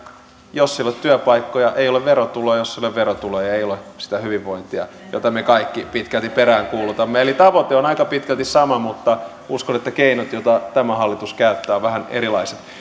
jos ei ole työpaikkoja ei ole verotuloja ja jos ei ole verotuloja ei ole sitä hyvinvointia jota me kaikki pitkälti peräänkuulutamme eli tavoite on aika pitkälti sama mutta uskon että keinot joita tämä hallitus käyttää ovat vähän erilaiset